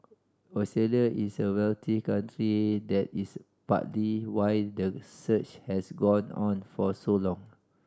Australia is a wealthy country that is partly why the search has gone on for so long